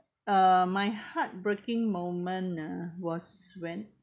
uh my heartbreaking moment uh was when